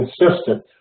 consistent